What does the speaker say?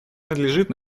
надлежит